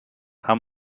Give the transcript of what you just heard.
how